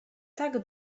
tak